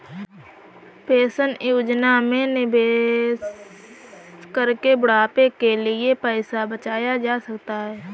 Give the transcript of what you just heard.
pension योजना में निवेश करके बुढ़ापे के लिए पैसा बचाया जा सकता है